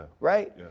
right